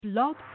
blog